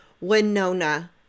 Winona